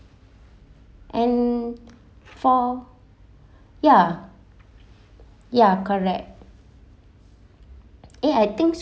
and for ya ya correct eh I think